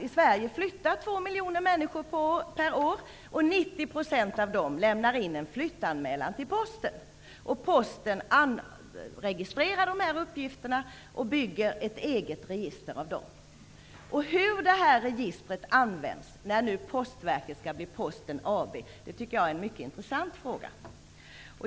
I Sverige flyttar 2 miljoner människor varje år. 90 % av dessa lämnar in en flyttanmälan till Posten, som registrerar uppgifterna och bygger upp ett eget register av dem. Hur det här registret används när nu Postverket blir Posten AB är en mycket intressant fråga.